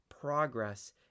progress